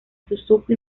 suzuki